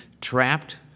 trapped